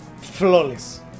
flawless